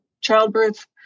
childbirth